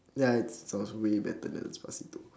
ya it sounds way better than despacito